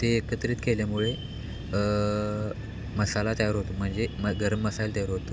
ते एकत्रित केल्यामुळे मसाला तयार होतो म्हणजे म गरम मसाल तयार होतो